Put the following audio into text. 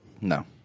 No